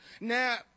Now